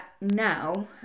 now